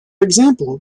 example